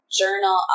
journal